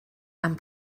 and